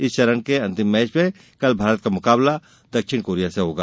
इस चरण के अंतिम मैच में कल भारत का मुकाबला दक्षिण कोरिया से होगा